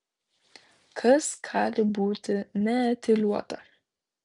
kas gali būti neetiliuota